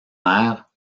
mère